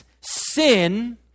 sin